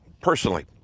personally